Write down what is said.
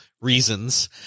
reasons